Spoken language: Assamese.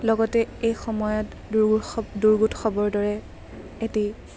লগতে এই সময়ত দুৰ্গোৎসৱ দুৰ্গোৎসৱৰ দৰে এটি